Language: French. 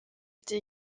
était